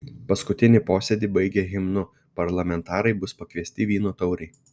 paskutinį posėdį baigę himnu parlamentarai bus pakviesti vyno taurei